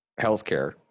healthcare